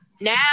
now